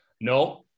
No